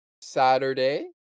Saturday